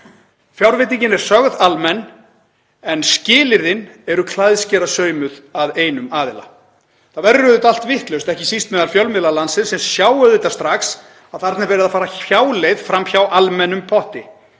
Fjárveitingin er sögð almenn en skilyrðin eru klæðskerasaumuð að einum aðila. Það verður auðvitað allt vitlaust, ekki síst meðal fjölmiðla landsins sem sjá auðvitað strax að þarna er verið að fara hjáleið fram hjá almennum potti.